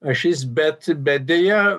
ašis bet bet deja